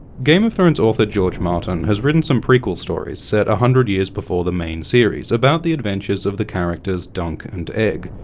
game of thrones author george martin has written some prequel stories set a hundred years before the main series, about the adventures of the characters dunk and egg.